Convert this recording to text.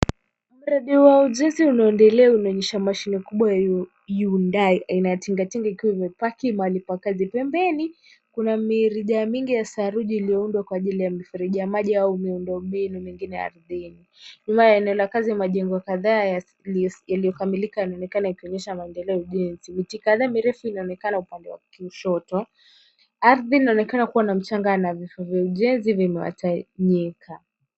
Uredi wa ujuzi unaendelea unaonesha mashini kubwa ya Hyundai aina ya tingatinga ikiwa imepaki mahali pa kazi. Pembeni kuna mirija mingi ya saruji iliyoundwa kwa ajili ya mifereji ya maji au miundombinu mingine ardhini. Nyuma ya majengo kadhaa yaliyokamilika yanaonekana yakionesha maendeleo ya ujenzi. Miti kadhaa mirefu inaonekana upande wa kushoto. Ardhi Inaonekana kuwa na mchanga na vifaa vya ujenzi vimetawanyika.